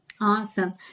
Awesome